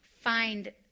find